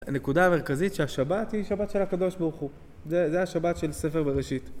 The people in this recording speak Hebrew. הנקודה המרכזית שהשבת היא שבת של הקדוש ברוך הוא, זה השבת של ספר בראשית